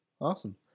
Awesome